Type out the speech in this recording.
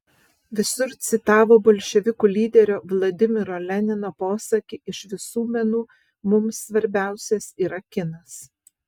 visur citavo bolševikų lyderio vladimiro lenino posakį iš visų menų mums svarbiausias yra kinas